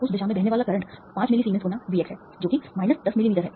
तो उस दिशा में बहने वाला करंट 5 मिलीसीमेंस गुना Vx है जो कि माइनस दस मिलीमीटर है